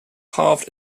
carved